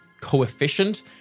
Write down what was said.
coefficient